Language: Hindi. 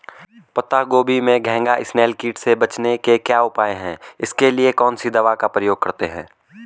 पत्ता गोभी में घैंघा इसनैल कीट से बचने के क्या उपाय हैं इसके लिए कौन सी दवा का प्रयोग करते हैं?